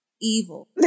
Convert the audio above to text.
evil